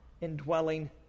indwelling